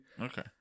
Okay